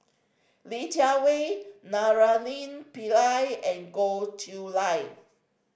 Li Jiawei Naraina Pillai and Goh Chiew Lye